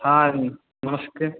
हँ नमस्ते